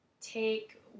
take